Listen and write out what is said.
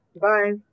Bye